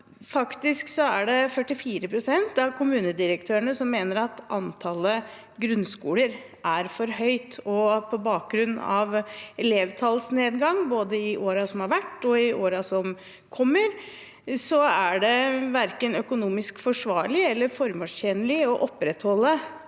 faktisk sånn at 44 pst. av kommunedirektørene mener at antallet grunnskoler er for høyt, og på bakgrunn av elevtallsnedgang – både i årene som har vært, og i årene som kommer – er det verken økonomisk forsvarlig eller formålstjenlig å opprettholde